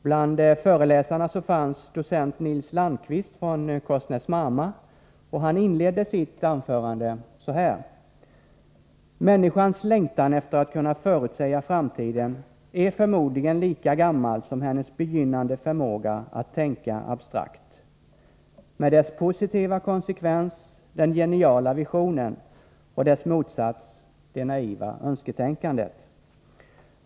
Bland föreläsarna fanns docent Nils Landqvist från Korsnäs-Marma, och han inledde sitt anförande så här: ”Människans längtan efter att kunna förutsäga framtiden är förmodligen lika gammal som hennes begynnande förmåga att tänka abstrakt. Med dess positiva konsekvens: den geniala visionen — och dess motsats: det naiva önsketänkandet.